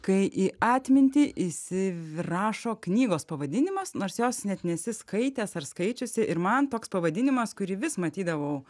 kai į atmintį įsivrašo knygos pavadinimas nors jos net nesi skaitęs ar skaičiusi ir man toks pavadinimas kurį vis matydavau